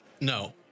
No